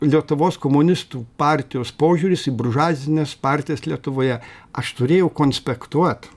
lietuvos komunistų partijos požiūris į buržuazines partijas lietuvoje aš turėjau konspektuot